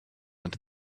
into